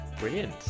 brilliant